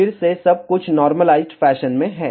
फिर से सब कुछ नॉर्मलाइज्ड फैशन में है